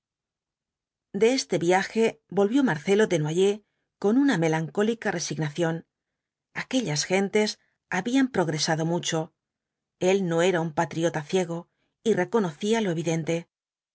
de este viaje volvió marcelo desnoyers con una melancólica resignación aquellas gentes habían progresado mucho el no era un patriota ciego y reconocía lo evidente